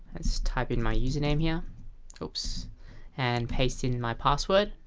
let's type in my username here oops and paste in my password.